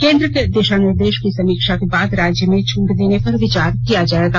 केंद्र के दिषा निर्देष की समीक्षा के बाद राज्य में छूट देने पर विचार किया जायेगा